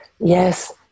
yes